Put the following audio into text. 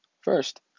First